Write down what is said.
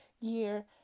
year